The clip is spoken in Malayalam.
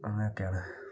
അങ്ങനെയൊക്കെയാണ്